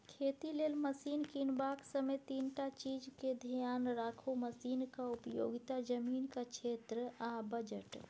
खेती लेल मशीन कीनबाक समय तीनटा चीजकेँ धेआन राखु मशीनक उपयोगिता, जमीनक क्षेत्र आ बजट